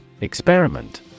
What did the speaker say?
Experiment